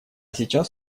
сейчас